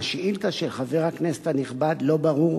מהשאילתא של חבר הכנסת הנכבד לא ברור